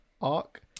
arc